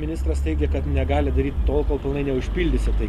ministras teigė kad negalit daryt tol kol pilnai neužpildysit tai